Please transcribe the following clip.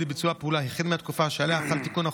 לביצוע פעולה החל מהתקופה שעליה חל תיקון החוק,